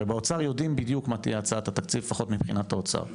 הרי באוצר יודעים בדיוק מה תהיה הצעת התקציב לפחות מבחינת האוצר.